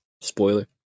Spoiler